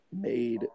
made